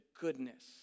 goodness